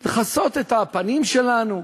"לכסות את הפנים שלנו".